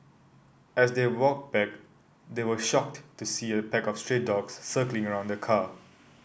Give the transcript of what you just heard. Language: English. as they walked back they were shocked to see a pack of stray dogs circling around the car